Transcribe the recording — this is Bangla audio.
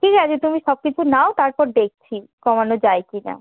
ঠিক আছে তুমি সব কিছু নাও তারপর দেখছি কমানো যায় কিনা